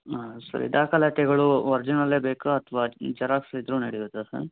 ಹಾಂ ಸರಿ ದಾಖಲಾತಿಗಳು ಒರ್ಜಿನಲ್ಲೇ ಬೇಕಾ ಅಥವಾ ಜೆರಾಕ್ಸ್ ಇದ್ದರೂ ನಡೆಯುತ್ತಾ ಸರ್